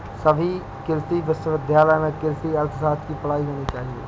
सभी कृषि विश्वविद्यालय में कृषि अर्थशास्त्र की पढ़ाई होनी चाहिए